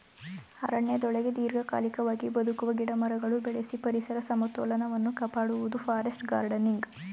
ಅರಣ್ಯದೊಳಗೆ ದೀರ್ಘಕಾಲಿಕವಾಗಿ ಬದುಕುವ ಗಿಡಮರಗಳು ಬೆಳೆಸಿ ಪರಿಸರ ಸಮತೋಲನವನ್ನು ಕಾಪಾಡುವುದು ಫಾರೆಸ್ಟ್ ಗಾರ್ಡನಿಂಗ್